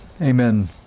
amen